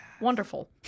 Wonderful